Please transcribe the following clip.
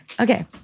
Okay